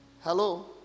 Hello